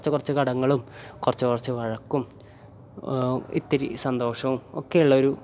കുറച്ച് കുറച്ച് കടങ്ങളും കുറച്ച് കുറച്ച് വഴക്കും ഇത്തിരി സന്തോഷവും ഒക്കെ ഉള്ള ഒരു